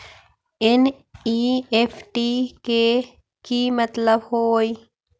NEFT के कि मतलब होइ?